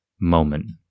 moment